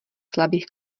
slabých